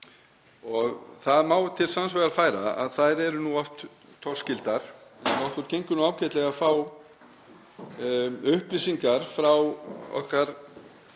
Það má til sanns vegar færa að þær eru oft torskildar en okkur gengur nú ágætlega að fá upplýsingar frá okkar